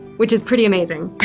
which is pretty amazing